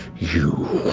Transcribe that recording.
you